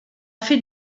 fet